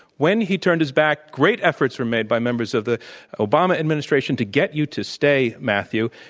when he turned his back, great efforts were made by members of the obama administration to get you to stay, matthew.